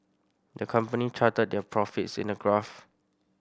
the company charted their profits in a graph